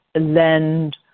lend